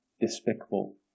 despicable